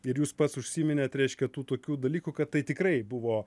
ir jūs pats užsiminėt reiškia tų tokių dalykų kad tai tikrai buvo